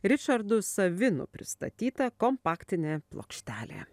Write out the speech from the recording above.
ričardu savinu pristatyta kompaktinė plokštelė